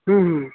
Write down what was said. ହୁଁ ହୁଁ